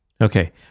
Okay